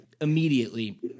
immediately